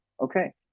Okay